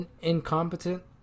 incompetent